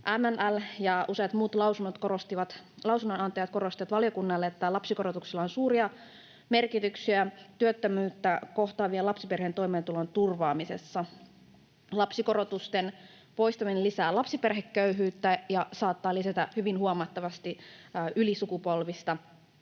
MLL ja useat muut lausunnonantajat korostivat valiokunnalle, että lapsikorotuksilla on suuria merkityksiä työttömyyttä kohtaavien lapsiperheiden toimeentulon turvaamisessa. Lapsikorotusten poistaminen lisää lapsiperheköyhyyttä ja saattaa lisätä hyvin huomattavasti ylisukupolvista